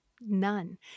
None